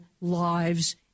lives